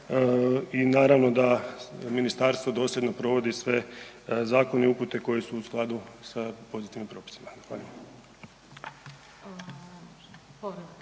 i naravno da ministarstvo dosljedno provodi sve zakone i upute koji su u skladu sa pozitivnim propisima. Zahvaljujem.